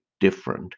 different